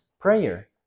prayer